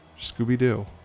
Scooby-Doo